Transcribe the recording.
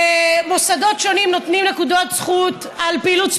ומוסדות שונים נותנים נקודות זכות על פעילות ספורטיבית,